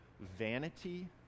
vanity